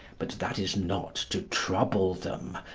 but that is not to trouble them.